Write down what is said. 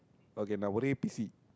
okay now